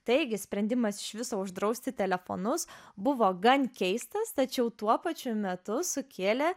taigi sprendimas iš viso uždrausti telefonus buvo gan keistas tačiau tuo pačiu metu sukėlė